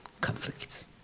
conflicts